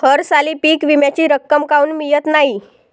हरसाली पीक विम्याची रक्कम काऊन मियत नाई?